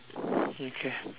okay